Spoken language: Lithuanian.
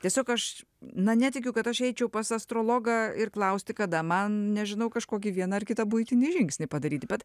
tiesiog aš na netikiu kad aš eičiau pas astrologą ir klausti kada man nežinau kažkokį vieną ar kitą buitinį žingsnį padaryti bet